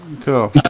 Cool